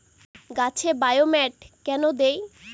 গাছে বায়োমেট কেন দেয়?